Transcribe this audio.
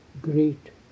great